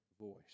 voice